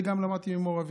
ואת זה גם למדתי ממו"ר אבי,